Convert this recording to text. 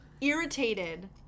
Irritated